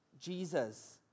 Jesus